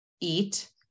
eat